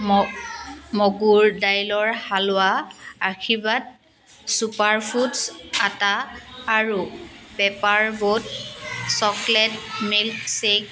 ম মগুৰ দাইলৰ হালৱা আশীৰ্বাদ চুপাৰ ফুডছ আটা আৰু পেপাৰ বোট চকলেট মিল্কশ্বেক